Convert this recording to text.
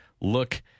look